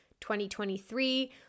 2023